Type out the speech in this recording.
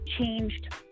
changed